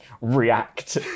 react